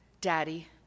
Daddy